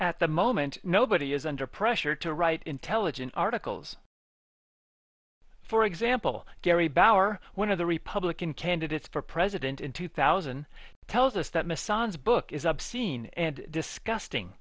at the moment nobody is under pressure to write intelligent articles for example gary bauer one of the republican candidates for president in two thousand tells us that misses book is obscene and disgusting